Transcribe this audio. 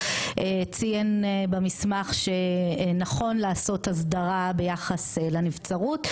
ציין במסמך שנכון לעשות אסדרה ביחס לנבצרות,